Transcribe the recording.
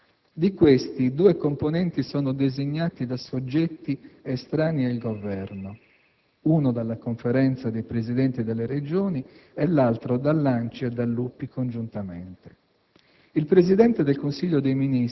n. 165. Di questi, due componenti sono designati da soggetti estranei al Governo: uno dalla Conferenza dei Presidenti delle Regioni e l'altro dall'ANCI e dall'UPI, congiuntamente.